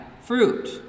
fruit